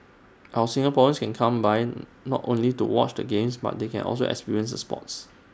our Singaporeans can come by not only to watch the games but they can also experience the sports